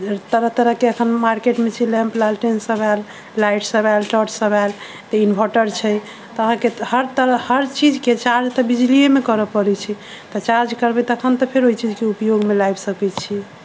तरह तरह के अखन मार्केटमे छै लैम्प लालटेन सब आयल लाइट सब आयल टॉर्च सब आयल तऽ इन्वर्टर छै अहाँके हर तरह हर चीज के चार्ज तऽ बिजलीए मे करऽ परय छै तऽ चार्ज करबै तखन तऽ फेर ओहि चीज के उपयोग मे लाइब सकय छी